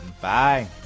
Bye